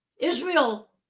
Israel